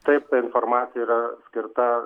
taip ta informacija yra skirta